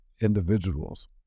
individuals